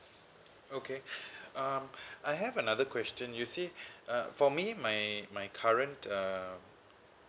okay um I have another question you see uh for me my my current uh